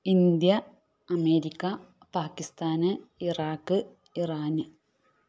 India America Pakistan Iraq Iran